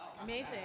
Amazing